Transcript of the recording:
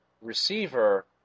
receiver